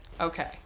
Okay